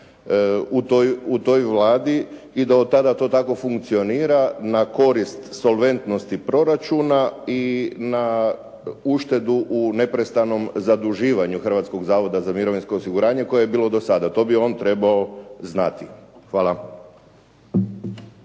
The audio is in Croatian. u toj Vladi, i da od tada to tako funkcionira na korist solventnosti proračuna i na uštedu u neprestanom zaduživanju Hrvatskog zavoda za mirovinsko osiguranje koje je bilo do sada. To bi on trebao znati. Hvala.